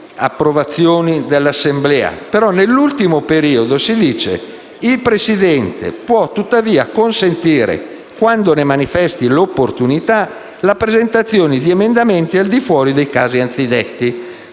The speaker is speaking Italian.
approvati dall'Assemblea. In particolare, l'ultimo periodo di tale comma dice che «il Presidente può tuttavia consentire, quando se ne manifesti l'opportunità, la presentazione di emendamenti al di fuori dei casi anzidetti».